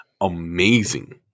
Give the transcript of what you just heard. amazing